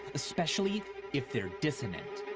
especially if they're dissonant.